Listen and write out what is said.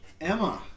Emma